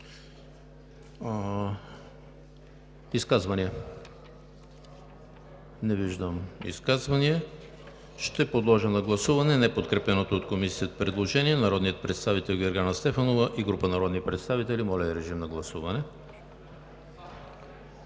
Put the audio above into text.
Изказвания? Не виждам. Ще подложа на гласуване неподкрепеното от Комисията предложение на народния представител Гергана Стефанова и група народни представители. Гласували